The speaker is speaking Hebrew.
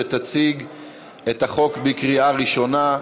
שתציג את החוק בקריאה ראשונה.